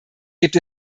gibt